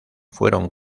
fueron